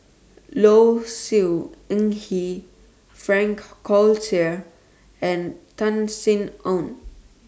Low Siew Nghee Frank Cloutier and Tan Sin Aun